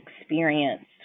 experience